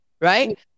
right